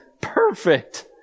perfect